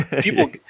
people